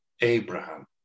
Abraham